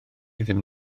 ddim